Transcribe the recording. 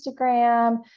Instagram